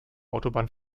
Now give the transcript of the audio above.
autobahn